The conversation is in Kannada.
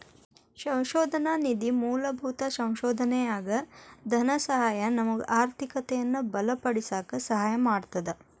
ಸಂಶೋಧನಾ ನಿಧಿ ಮೂಲಭೂತ ಸಂಶೋಧನೆಯಾಗ ಧನಸಹಾಯ ನಮಗ ಆರ್ಥಿಕತೆಯನ್ನ ಬಲಪಡಿಸಕ ಸಹಾಯ ಮಾಡ್ತದ